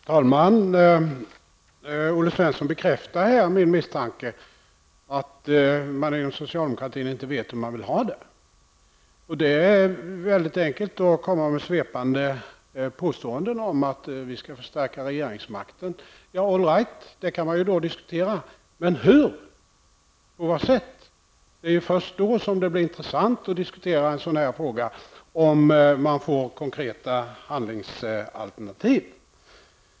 Herr talman! Olle Svensson bekräftar här min misstanke att man inom socialdemokratin inte vet hur man vill ha det. Det är mycket enkelt att komma med svepande påståenden om att vi skall förstärka regeringsmakten. Det kan man naturligtvis diskutera. Hur skall det gå till och på vilket sätt? En sådan här fråga blir intressant att diskutera först när man får konkreta handlingsalternativ.